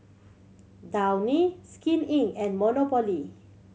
Downy Skin Inc and Monopoly